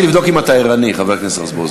אני רציתי לבדוק אם אתה ערני, חבר הכנסת רזבוזוב.